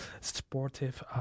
sportive